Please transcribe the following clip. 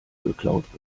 geklaut